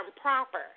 proper